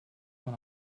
man